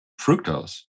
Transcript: fructose